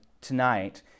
tonight